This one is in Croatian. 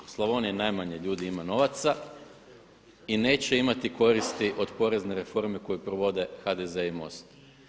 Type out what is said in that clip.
U Slavoniji najmanje ljudi ima novaca i neće imati koristi od porezne reforme koju provode HDZ i MOST.